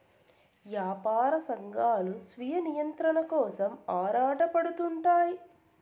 యాపార సంఘాలు స్వీయ నియంత్రణ కోసం ఆరాటపడుతుంటారు